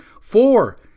Four